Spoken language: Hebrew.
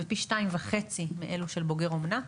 ופי שניים וחצי מאלו של בוגר אומנה.